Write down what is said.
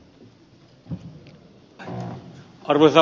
arvoisa puhemies